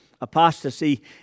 apostasy